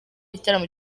igitaramo